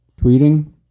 tweeting